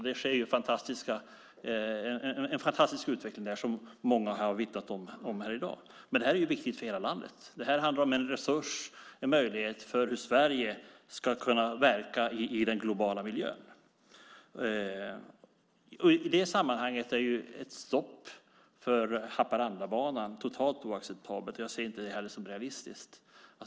Det sker en fantastisk utveckling, som många har vittnat om här i dag. Men det här är viktigt för hela landet. Det handlar om en resurs, om en möjlighet för Sverige att verka i den globala miljön. I det sammanhanget är ett stopp för Haparandabanan totalt oacceptabelt, och jag ser det inte heller som realistiskt.